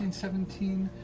and seventeen,